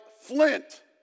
flint